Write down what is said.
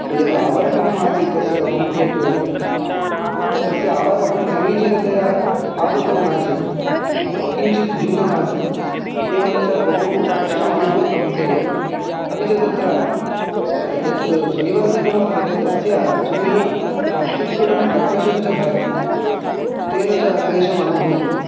यत् आवरकम् आसीत् तस्य हों तियेटर् तस्य आवरकं समीचीनतया आवृतं नासीत् किञ्चित् भिन्नमासीत् एवं च बहु कष्टमनुभूतं तेन अपि च तत्र यत् ध्वनिवर्धकं वर्तते तस्य ध्वनिः अत्युत्कुटं कर्कषं च भाति तेन च क्लेषमनुभूतं